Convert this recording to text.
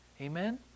Amen